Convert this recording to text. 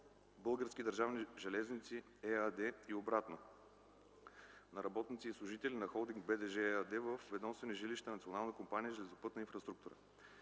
Български държавни железници” ЕАД и обратно – на работници и служители на „Холдинг БДЖ” ЕАД във ведомствени жилища на Национална компания „Железопътна инфраструктура”.